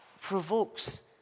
provokes